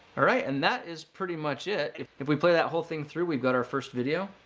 alright, and that is pretty much it. if if we play that whole thing through, we've got our first video.